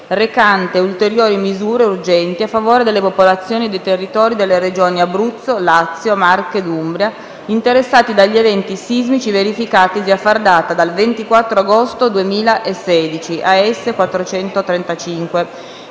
recante ulteriori misure urgenti a favore delle popolazioni dei territori delle Regioni Abruzzo, Lazio, Marche ed Umbria, interessati dagli eventi sismici verificatisi a far data dal 24 agosto 2016***